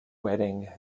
wedding